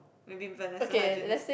maybe Vanessa-Hudgens